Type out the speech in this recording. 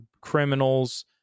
criminals